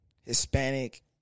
Hispanic